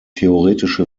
theoretische